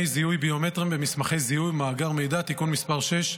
זיהוי ביומטריים במסמכי זיהוי ובמאגר מידע (תיקון מס׳ 6),